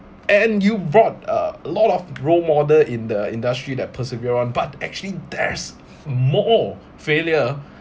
and you brought uh a lot of role model in the industry that persevere on but actually there's more failure